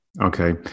Okay